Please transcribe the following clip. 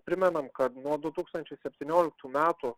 primenam kad nuo du tūkstančiai septynioliktų metų